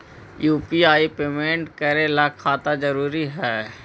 UPI payment करे ला खाता जरूरी है?